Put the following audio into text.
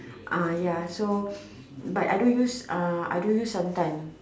ah ya so but I don't use uh I don't use some time